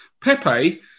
Pepe